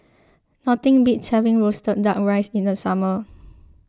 nothing beats having Roasted Duck Rice in the summer